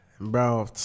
Bro